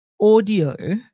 audio